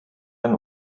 ein